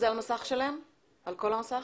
טרקטורים ולגלח את כל השטח.